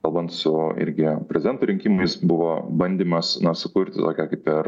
kalbant su irgi prezidento rinkimais buvo bandymas na sukurti tokią kaip ir